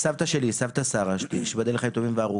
סבתא שלי, סבתא שרה, שתיבדל לחיים טובים וארוכים,